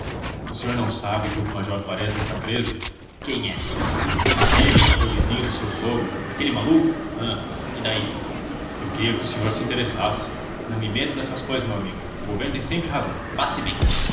o senhor não sabe que o major quaresma está preso quem é aquele que foi vizinho do seu sogro aquele maluco ahn e daí eu queria que o senhor se interessasse não me meto nessas cousas meu amigo o governo tem sempre razão passe bem